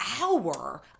hour